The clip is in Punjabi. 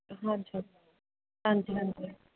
ਹਾਂਜੀ ਹਾਂਜੀ ਹਾਂਜੀ ਹਾਂਜੀ